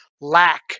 lack